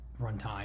Runtime